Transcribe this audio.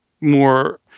more